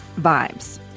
vibes